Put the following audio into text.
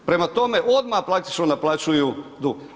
Prema tome, odmah praktično naplaćuju dug.